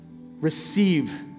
Receive